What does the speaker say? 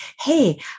hey